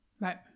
Right